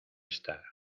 estar